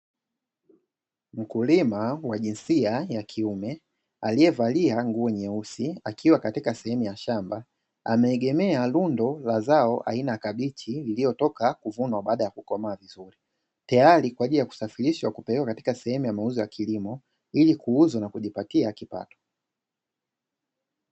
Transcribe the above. Mkulima wa jinsia ya kiume, aliyevalia nguo nyeusi, akiwa katika sehemu ya shamba, ameegemea rundo la zao aina ya kabichi, iliyotoka kuvunwa baada ya kukomaa vizuri, tayari kwa ajili ya kusafirishwa kupelekwa katika sehemu ya mauzo ya ya kilimo ili kuuzwa na kujipatia kipato.